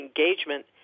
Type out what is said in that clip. engagement